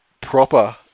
proper